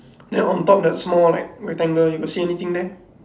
ya on top that small rec~ rectangle you got see anything there